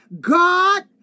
God